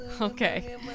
Okay